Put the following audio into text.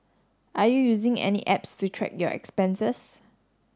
are you using any apps to track your expenses